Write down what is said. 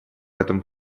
этом